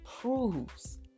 proves